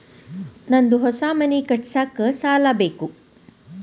ನಂದು ಹೊಸ ಮನಿ ಕಟ್ಸಾಕ್ ಸಾಲ ಬೇಕು